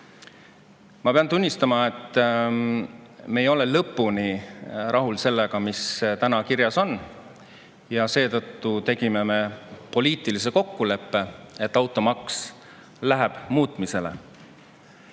Ma pean tunnistama, et me ei ole lõpuni rahul sellega, mis täna kirjas on. Ja seetõttu tegime poliitilise kokkuleppe, et automaks läheb muutmisele.